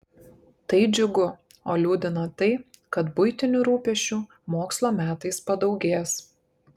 tai džiugu o liūdina tai kad buitinių rūpesčių mokslo metais padaugės